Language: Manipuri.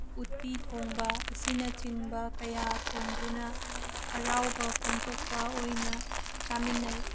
ꯎꯇꯤ ꯊꯣꯡꯕ ꯑꯁꯤꯅꯆꯤꯡꯕ ꯀꯌꯥ ꯊꯣꯡꯗꯨꯅ ꯍꯔꯥꯎꯕ ꯐꯣꯡꯗꯣꯛꯄ ꯑꯣꯏꯅ ꯆꯥꯃꯤꯟꯅꯩ